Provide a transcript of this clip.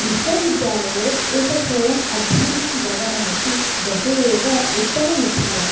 विश्वविद्यालये एतत्सर्वम् अध्ययनं भवनमपि बहु एव उत्तमं विचारम्